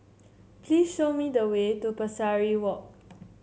please show me the way to Pesari Walk